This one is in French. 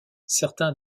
certains